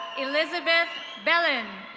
elizabeth bellen.